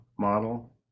model